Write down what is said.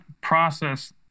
process